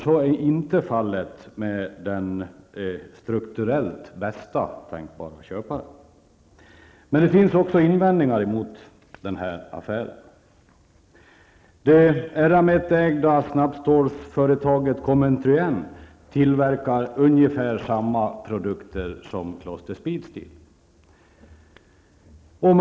Så är inte fallet med den strukturellt bäste tänkbare köparen. Det finns emellertid också invändningar mot denna affär. Det Eramet-ägda snabbstålsföretaget Commentryenne tillverkar ungefär samma produkter som Kloster Speedssteel.